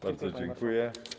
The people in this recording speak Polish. Bardzo dziękuję.